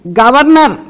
governor